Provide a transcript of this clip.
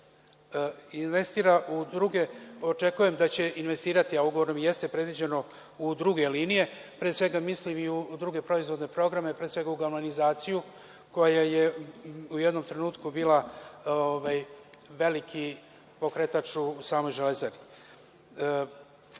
očekujem da će investirati, a ugovorom jeste predviđeno, u druge linije. Pre svega mislim u druge proizvodne programe, a pre svega u galvanizaciju, koja je u jednom trenutku bila veliki pokretač u samoj Železari. Na